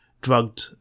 drugged